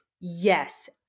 Yes